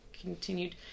continued